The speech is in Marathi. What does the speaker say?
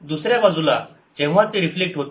दुसऱ्या बाजूला जेव्हा ते रिफ्लेक्ट होते